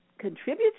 contributes